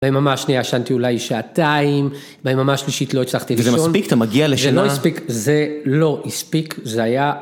ביממה השנייה ישנתי אולי שעתיים, ביממה השלישית לא הצלחתי לישון וזה מספיק? אתה מגיע לשינה... זה לא הספיק זה לא הספיק זה היה